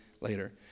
later